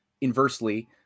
inversely